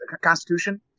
Constitution